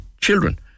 children